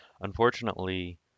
Unfortunately